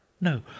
No